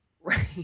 right